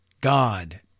God